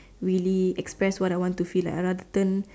really express what I want to feel like I rather turn